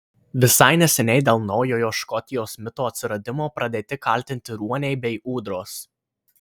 visai neseniai dėl naujojo škotijos mito atsiradimo pradėti kaltinti ruoniai bei ūdros